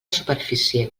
superfície